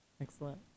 Excellent